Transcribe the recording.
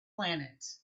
planet